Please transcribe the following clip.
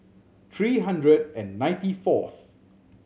three hundred and ninety fourth